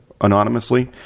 anonymously